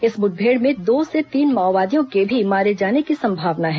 इस मुठभेड़ में दो से तीन माओवादियों के भी मारे जाने की संभावना है